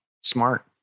smart